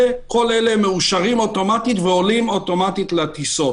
כל אלו מאושרים אוטומטית ועולים אוטומטית לטיסות.